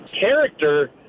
Character